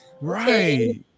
Right